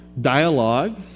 dialogue